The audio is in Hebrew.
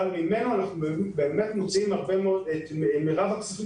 אבל ממנו אנחנו מוציאים את מרב הכספים